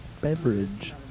beverage